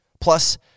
Plus